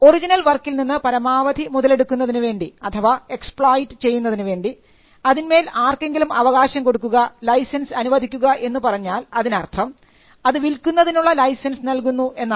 original വർക്കിൽ നിന്ന് പരമാവധി മുതലെടുക്കുന്നതിനുവേണ്ടി അഥവാ എക്സ്പ്ളോയിറ്റ് ചെയ്യുന്നതിനു വേണ്ടി അതിന്മേൽ ആർക്കെങ്കിലും അവകാശം കൊടുക്കുക ലൈസൻസ് അനുവദിക്കുക എന്നു പറഞ്ഞാൽ അതിനർത്ഥം അത് വിൽക്കുന്നതിനുള്ള ലൈസൻസ് നൽകുന്നു എന്നാണ്